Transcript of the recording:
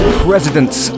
presidents